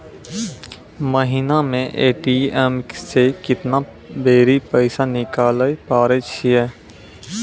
महिना मे ए.टी.एम से केतना बेरी पैसा निकालैल पारै छिये